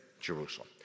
Jerusalem